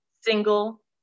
single